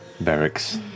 barracks